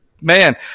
Man